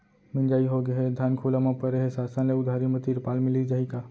मिंजाई होगे हे, धान खुला म परे हे, शासन ले उधारी म तिरपाल मिलिस जाही का?